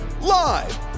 live